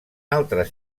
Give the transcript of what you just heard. altres